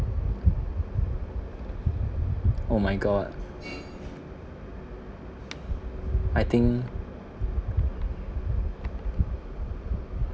oh my god I think